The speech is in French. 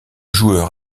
joueur